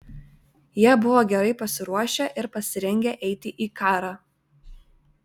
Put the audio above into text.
jie buvo gerai pasiruošę ir pasirengę eiti į karą